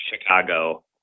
Chicago